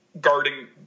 guarding